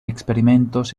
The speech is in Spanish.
experimentos